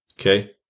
Okay